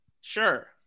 Sure